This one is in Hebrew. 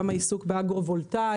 גם עיסוק באגרו-וולטאי,